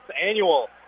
annual